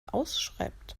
ausschreibt